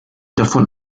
davon